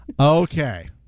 Okay